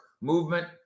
movement